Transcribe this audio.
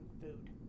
food